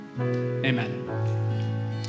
Amen